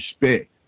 respect